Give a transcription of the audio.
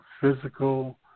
physical